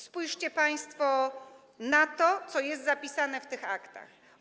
Spójrzcie państwo na to, co jest zapisane w tych aktach.